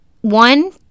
One